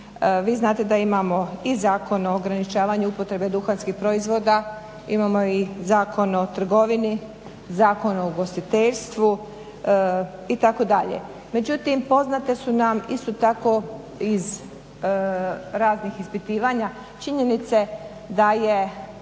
Vi znate da imamo i Zakon o ograničavanju upotrebe duhanskih proizvoda, imamo i Zakon o trgovini, Zakon o ugostiteljstvu itd. Međutim, poznate su nam isto tako iz raznih ispitivanja činjenice da je